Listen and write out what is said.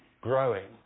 growing